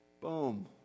boom